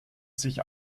sich